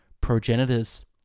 progenitors